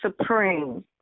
Supreme